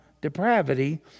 depravity